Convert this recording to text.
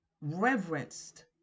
reverenced